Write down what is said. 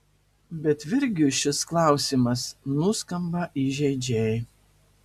bet virgiui šis klausimas nuskamba įžeidžiai